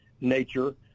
nature